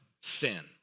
sin